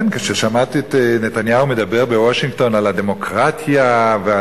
כן, כששמעתי את נתניהו מדבר בוושינגטון על